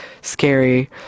scary